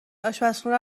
آشپرخونه